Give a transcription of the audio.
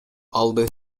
алды